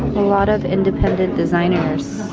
lot of independent designers.